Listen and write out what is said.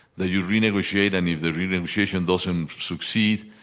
that you renegotiate, and if the renegotiation doesn't succeed,